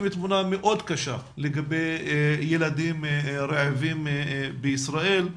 תמונה מאוד קשה לגבי ילדים רעבים בישראל,